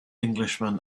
englishman